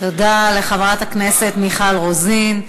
תודה לחברת הכנסת מיכל רוזין.